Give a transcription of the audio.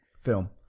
Film